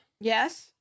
Yes